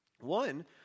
One